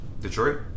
Detroit